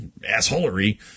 assholery